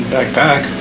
Backpack